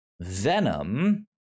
Venom